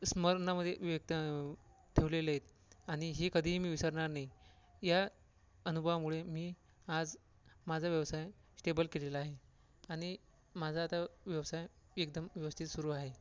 स्मरणामध्ये व्यक्त ठेवलेले आणि हे मी कधीही विसरणार नाही या अनुभवामुळे मी आज माझा व्यवसाय स्टेबल केलेला आहे आणि माझा आता व्यवसाय एकदम व्यवस्थित सुरू आहे